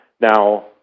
now